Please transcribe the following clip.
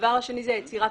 והדבר השני הוא יצירת